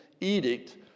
edict